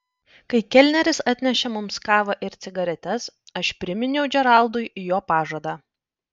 kai kelneris atnešė mums kavą ir cigaretes aš priminiau džeraldui jo pažadą